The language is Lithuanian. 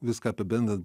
viską apibendrinant